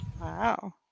Wow